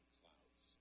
clouds